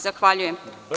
Zahvaljujem.